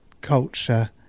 culture